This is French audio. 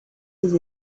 des